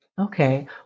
Okay